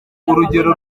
urugero